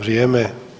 Vrijeme.